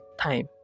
time